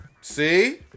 See